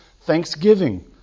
thanksgiving